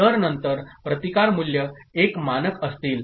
तर नंतर प्रतिकार मूल्ये एक मानक असतील